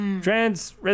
Trans